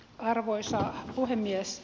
arvoisa puhemies